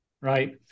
right